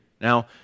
Now